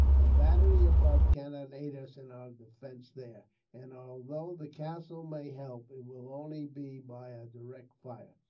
the battery above cannot aid us in our defence there and although the castle may help, it will only be by a direct fire.